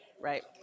right